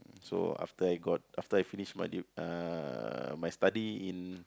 mm so after I got after I finish my dip~ uh my study in